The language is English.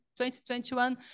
2021